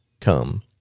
come